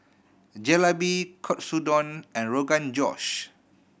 Jalebi Katsudon and Rogan Josh